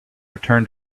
return